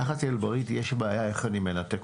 דאחיית אל בריד יש בעיה איך אני מנתק